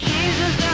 Jesus